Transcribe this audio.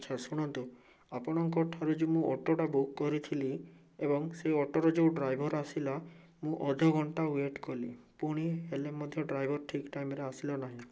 ଆଚ୍ଛା ଶୁଣନ୍ତୁ ଆପଣଙ୍କଠାରୁ ଯେଉଁ ମୁଁ ଅଟୋଟା ବୁକ୍ କରିଥିଲି ଏବଂ ସେ ଅଟୋର ଯେଉଁ ଡ୍ରାଇଭର୍ ଆସିଲା ମୁଁ ଅଧଘଣ୍ଟା ୱେଟ୍ କଲି ପୁଣି ହେଲେ ମଧ୍ୟ ଡ୍ରାଇଭର୍ ଠିକ ଟାଇମ୍ରେ ଆସିଲା ନାହିଁ